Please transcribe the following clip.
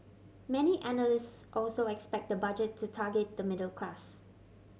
many analysts also expect the Budget to target the middle class